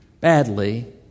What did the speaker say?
badly